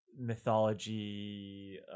mythology